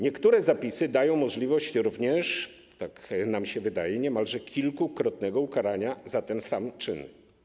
Niektóre zapisy dają możliwość również, tak nam się wydaje, niemalże kilkukrotnego ukarania za ten sam czyn.